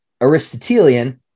Aristotelian